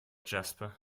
jasper